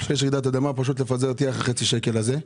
כשיש רעידת אדמה, פשוט לפזר טיח, החצי-שקל הזה.